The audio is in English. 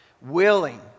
willing